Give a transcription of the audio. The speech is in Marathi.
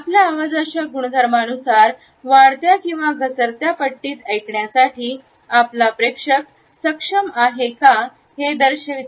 आपल्या आवाजाच्या गुणधर्मानुसार वाढत्या किंवा घसरत्या पट्टीत ऐकण्यासाठी आपला प्रेक्षक सक्षम आहे का हे दर्शविते